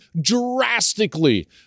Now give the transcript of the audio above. drastically